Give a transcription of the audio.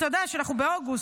אתה יודע שאנחנו באוגוסט,